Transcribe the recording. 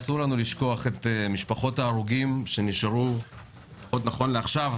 אסור לנו לשכוח את משפחות ההרוגים שנשארו נכון לעכשיו